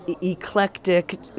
eclectic